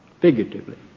figuratively